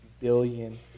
billion